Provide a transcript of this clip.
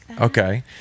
okay